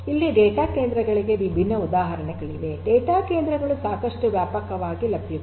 ಇಲ್ಲಿ ಡೇಟಾ ಕೇಂದ್ರಗಳಿಗೆ ವಿಭಿನ್ನ ಉದಾಹರಣೆಗಳಿವೆ ಡೇಟಾ ಕೇಂದ್ರಗಳು ಸಾಕಷ್ಟು ವ್ಯಾಪಕವಾಗಿ ಲಭ್ಯವಿದೆ